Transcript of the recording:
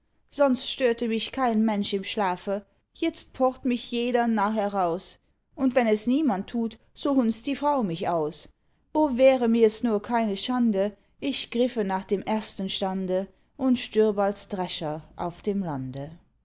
sonst störte mich kein mensch im schlafe itzt pocht mich jeder narr heraus und wenn es niemand tut so hunzt die frau mich aus o wäre mirs nur keine schande ich griffe nach dem ersten stande und stürb als drescher auf dem lande